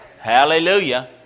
Hallelujah